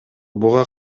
буга